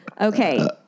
Okay